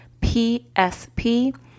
PSP